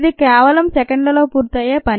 ఇది కేవలం సెకండ్లలో పూర్తయ్యే పని